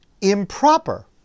improper